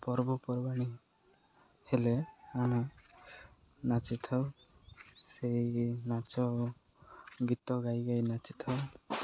ପର୍ବପର୍ବାଣି ହେଲେ ଆମେ ନାଚିଥାଉ ସେଇ ନାଚ ଗୀତ ଗାଇ ଗାଇ ନାଚିଥାଉ